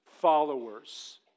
followers